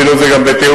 עשינו את זה גם בתיאום.